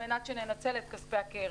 על מנת שננצל את כספי הקרן.